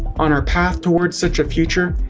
on our path towards such a future,